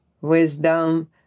wisdom